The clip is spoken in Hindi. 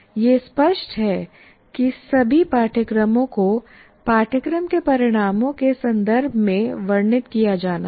यह स्पष्ट है कि सभी पाठ्यक्रमों को पाठ्यक्रम के परिणामों के संदर्भ में वर्णित किया जाना है